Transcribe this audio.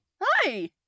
Hi